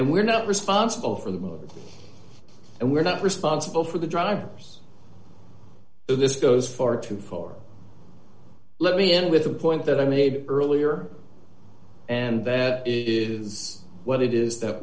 and we're not responsible for the and we're not responsible for the drivers so this goes for two for let me end with a point that i made earlier and there is what it is that